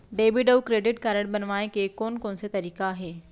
Debit अऊ credit card बनवाए के कोन कोन से तरीका हे?